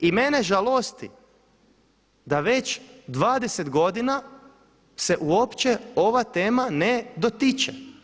I mene žalosti da već 20 godina se uopće ova tema ne dotiče.